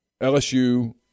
LSU